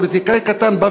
פוליטיקאי קטנטן,